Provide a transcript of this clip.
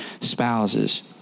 spouses